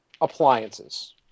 appliances